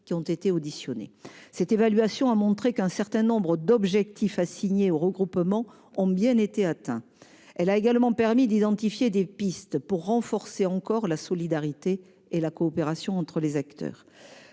ont été auditionnées. Cette évaluation a montré qu'un certain nombre d'objectifs assignés au regroupement ont bien été atteints. Elle a également permis d'identifier des pistes pour renforcer encore la solidarité et la coopération entre les acteurs.